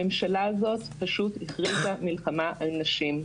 הממשלה הזאת פשוט הכריזה מלחמה על נשים,